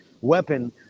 weapon